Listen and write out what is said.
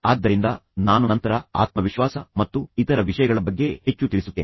ಆದ್ದರಿಂದ ನಾನು ನಂತರ ಆತ್ಮವಿಶ್ವಾಸ ಮತ್ತು ಇತರ ವಿಷಯಗಳ ಬಗ್ಗೆ ಹೆಚ್ಚು ತಿಳಿಸುತ್ತೇನೆ